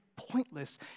pointless